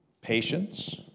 patience